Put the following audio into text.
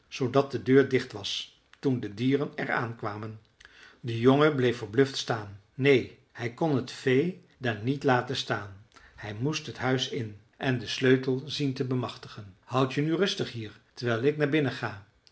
zoodat de deur dicht was toen de dieren er aankwamen de jongen bleef verbluft staan neen hij kon het vee daar niet laten staan hij moest het huis in en den sleutel zien te bemachtigen houd je nu rustig hier terwijl ik naar binnen ga